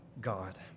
God